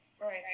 Right